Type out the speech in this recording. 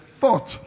thought